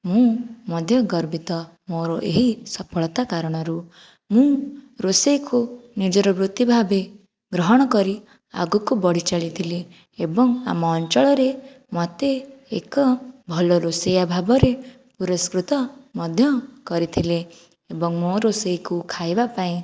ମୁଁ ମଧ୍ୟ ଗର୍ବିତ ମୋର ଏହି ସଫଳତା କାରଣରୁ ମୁଁ ରୋଷେଇକୁ ନିଜର ବୃତ୍ତି ଭାବେ ଗ୍ରହଣ କରି ଆଗକୁ ବଢ଼ି ଚାଲିଥିଲି ଏବଂ ଆମ ଅଞ୍ଚଳରେ ମୋତେ ଏକ ଭଲ ରୋଷେଇଆ ଭାବରେ ପୁରସ୍କୃତ ମଧ୍ୟ କରିଥିଲେ ଏବଂ ମୋ ରୋଷେଇକୁ ଖାଇବାପାଇଁ